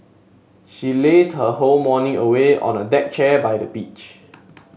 she lazed her whole morning away on a deck chair by the beach